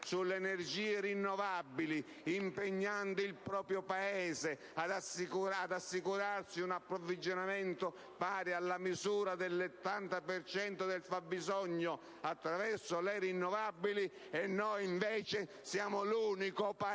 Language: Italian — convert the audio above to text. sulle energie rinnovabili, impegnando il proprio Paese ad assicurarsi un approvvigionamento nella misura pari all'80 per cento del fabbisogno attraverso le rinnovabili. Noi invece siamo l'unico Paese